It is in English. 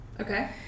Okay